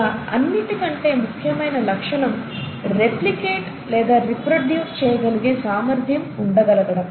అలా అన్నిటికంటే ముఖ్యమైన లక్షణం రెప్లికేట్ లేదా రిప్రొడ్యూస్ చేయగలిగే సామర్ధ్యం ఉండగలగడం